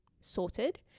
sorted